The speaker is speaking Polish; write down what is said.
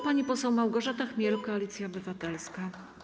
Pani poseł Małgorzata Chmiel, Koalicja Obywatelska.